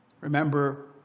Remember